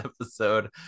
episode